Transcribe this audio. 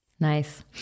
Nice